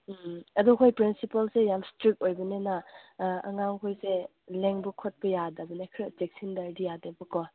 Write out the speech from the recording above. ꯑꯗꯨ ꯑꯩꯈꯣꯏ ꯄ꯭ꯔꯤꯟꯁꯤꯄꯜꯁꯦ ꯌꯥꯝ ꯁ꯭ꯇꯔꯤꯛ ꯑꯣꯏꯕꯅꯤꯅ ꯑꯉꯥꯡꯈꯣꯏꯁꯦ ꯂꯦꯡꯕ ꯈꯣꯠꯄ ꯌꯥꯗꯕꯅꯦ ꯈꯔ ꯆꯦꯛꯁꯤꯟꯗ꯭ꯔꯗꯤ ꯌꯥꯗꯦꯕꯀꯣ